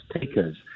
takers